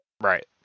Right